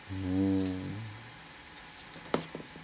um